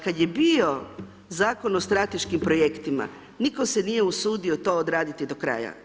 Kada je bio Zakon strateškim projektima nitko se nije usudio to odraditi do kraja.